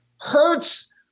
hurts